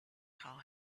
call